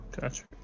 Gotcha